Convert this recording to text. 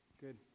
Good